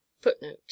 footnote